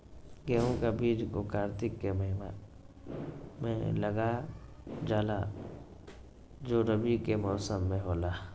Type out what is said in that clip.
गेहूं का बीज को कार्तिक के महीना में लगा जाला जो रवि के मौसम में होला